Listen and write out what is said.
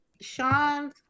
Sean